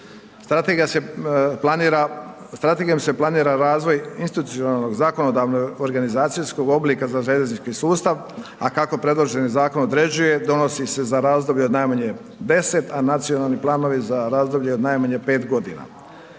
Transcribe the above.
Strategijom se planira razvoj institucionalnog, zakonodavnog, organizacijskog oblika za željeznički sustav, a kako predloženi zakon određuje, donosi se za razdoblje od najmanje 10, a nacionalni planovi za razdoblje od najmanje 5 godina.